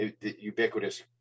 ubiquitous